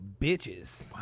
bitches